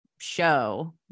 show